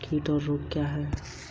कीट और रोग क्या हैं?